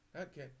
Okay